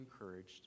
encouraged